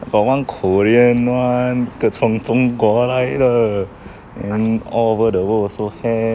got one korean one 一个从中国来的 and all over the world also have